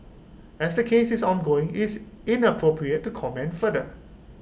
as the case is ongoing IT is inappropriate to comment further